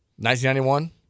1991